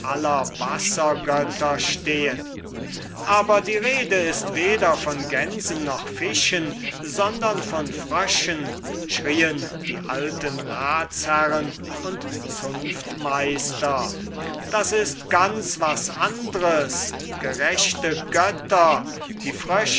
wassergötter stehen aber die rede ist weder von gänsen noch fischen sondern von fröschen schrieen die alten ratsherren und zunftmeister das ist ganz was anders gerechte götter die